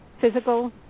physical